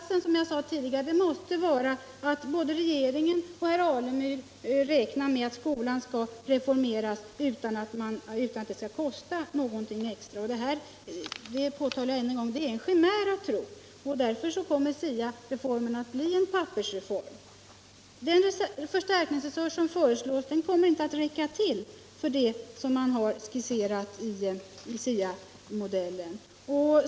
Som jag sade tidigare måste slutsatsen bli att både regeringen och herr Alemyr räknar med att skolan skall reformeras utan att det kostar någonting extra. Och det är en chimär att tro så. Därför kommer SIA-reformen att bli en pappersreform. Den förstärkningsresurs som föreslås kommer inte att räcka till för de planer man skisserat i SIA-modellen.